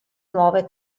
nuove